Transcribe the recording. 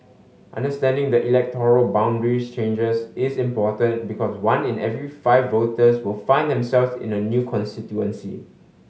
understanding the electoral boundaries changes is important because one in every five voters will find themselves in a new constituency